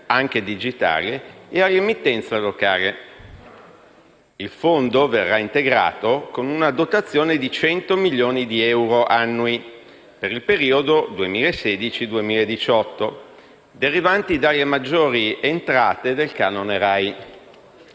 anche digitale, e all'emittenza locale. Il Fondo verrà integrato con una dotazione di 100 milioni di euro annui per il periodo 2016-2018, derivanti dalle maggiori entrate del canone RAI.